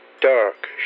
dark